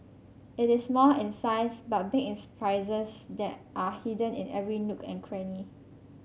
it is small in size but big in surprises that are hidden in every nook and cranny